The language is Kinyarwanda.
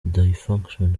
dysfunction